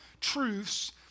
truths